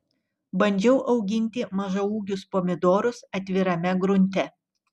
bandžiau auginti mažaūgius pomidorus atvirame grunte